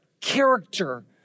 character